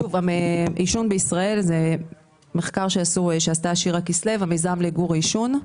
עישון בישראל זה מחקר שעשתה שירה כסלו מהמיזם למיגור העישון.